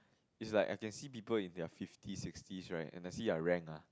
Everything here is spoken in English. it's like I can see people in their fifties sixties right and I see their rank ah